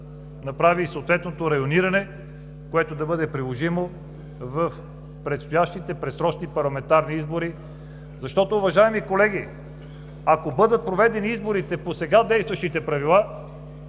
направи съответното райониране, което да бъде приложимо в предстоящите предсрочни парламентарни избори. Защото, уважаеми колеги, ако бъдат проведени изборите по сега действащите правила,